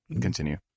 Continue